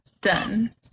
done